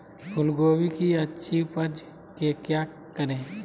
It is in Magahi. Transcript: फूलगोभी की अच्छी उपज के क्या करे?